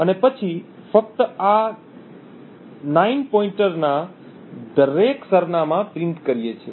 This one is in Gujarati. અને પછી ફક્ત આ 9 પોઇન્ટરના દરેક સરનામાં પ્રિન્ટ કરીએ છીએ